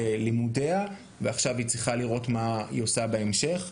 לימודיה ועכשיו היא צריכה לראות מה היא עושה בהמשך,